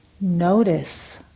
notice